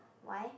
why